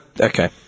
Okay